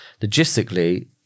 logistically